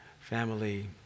family